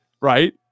right